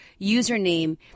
username